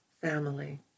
family